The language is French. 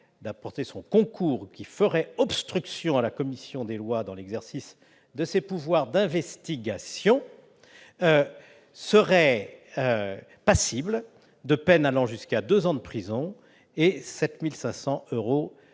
d'apporter son concours ou qui ferait obstruction à la commission des lois dans l'exercice de ses pouvoirs d'investigation serait passible d'une peine allant jusqu'à deux ans de prison et 7 500 euros